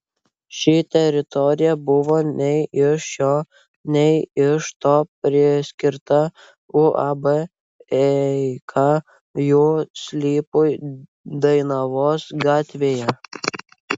ši teritorija buvo nei iš šio nei iš to priskirta uab eika jų sklypui dainavos gatvėje